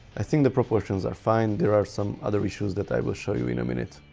i think the proportions are fine, there are some other issues that i will show you in a minute